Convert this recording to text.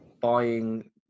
buying